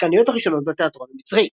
השחקניות הראשונות בתיאטרון המצרי.